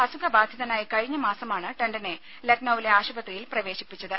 അസുഖ ബാധിതനായി കഴിഞ്ഞ മാസമാണ് ടണ്ഠനെ ലക്നൌവിലെ ആശുപത്രിയിൽ പ്രവേശിപ്പിച്ചത്